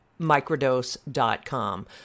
microdose.com